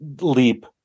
leap